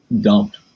dumped